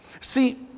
See